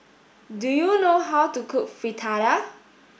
do you know how to cook Fritada